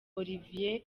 olivier